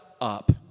up